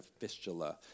fistula